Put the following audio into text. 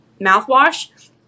mouthwash